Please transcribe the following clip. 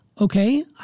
okay